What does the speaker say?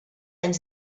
anys